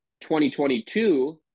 2022